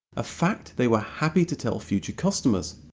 a fact they were happy to tell future customers.